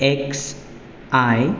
X I